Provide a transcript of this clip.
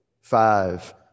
five